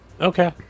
Okay